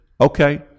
okay